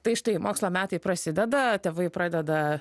tai štai mokslo metai prasideda tėvai pradeda